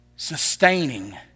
sustaining